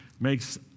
makes